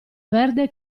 verde